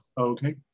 Okay